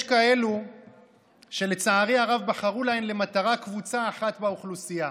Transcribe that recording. יש כאלה שלצערי הרב בחרו להם למטרה קבוצה אחת באוכלוסייה,